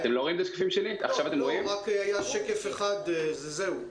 היה שקף אחד וזהו.